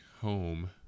home